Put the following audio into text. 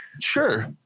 Sure